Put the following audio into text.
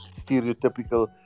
stereotypical